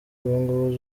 ubungubu